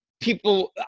people